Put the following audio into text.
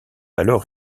alors